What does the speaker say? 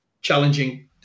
challenging